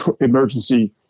emergency